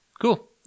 Cool